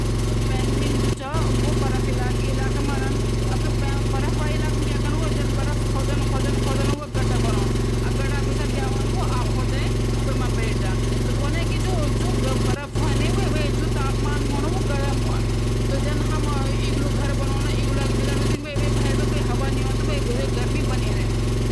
रसोईघर में कई प्रकार की प्लेटें इस्तेमाल हों दीन, जन की: गहरी प्लेट – यह आमतौर पर सूप, करी या दाल खाने के लिए इस्तेमाल होदी, क्योंकि इ पर सारा खाना आराम से रखा जा सकदु । साधारण प्लेट – यह रोटियां, पराठे या चपाती खाने के लिए उपयोग म होदी। तली हुई प्लेट (प्लेट-बोल) – यह प्लेट चावल, बिरयानी या फ्राइड राइस के लिए होदी छ।